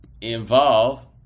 involve